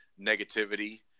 negativity